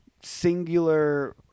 singular